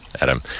Adam